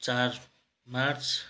चार मार्च